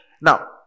Now